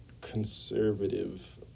conservative